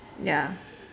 ya